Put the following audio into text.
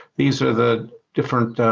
these are the different